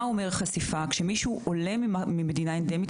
כשמישהו עולה ממדינה אנדמית,